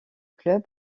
club